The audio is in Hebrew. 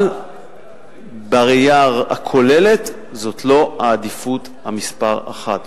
אבל בראייה הכוללת זאת לא עדיפות מספר אחת.